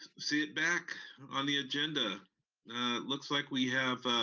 see it back on the agenda. it looks like we have